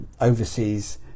overseas